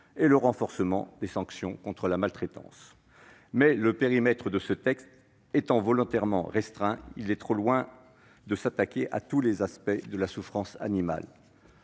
sur le renforcement des sanctions contre la maltraitance. Mais ce texte ayant un périmètre volontairement restreint, il est loin de s'attaquer à tous les aspects de la souffrance animale.